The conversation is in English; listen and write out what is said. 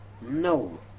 No